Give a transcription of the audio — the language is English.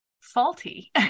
faulty